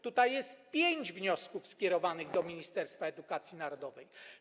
Tutaj jest pięć wniosków skierowanych do Ministerstwa Edukacji Narodowej.